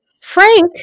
Frank